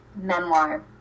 memoir